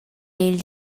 egl